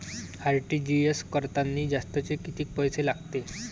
RTGS करतांनी जास्तचे कितीक पैसे लागते?